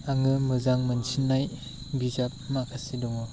आङो मोजां मोनसिननाय बिजाब माखासे दङ